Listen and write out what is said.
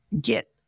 get